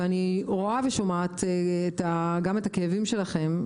ואני רואה ושומעת גם את הכאבים שלכם.